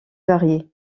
variée